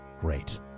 Great